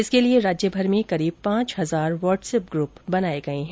इसके लिए राज्यभर में करीब पांच हजार व्हाट्सएप ग्रुप बनाए गए हैं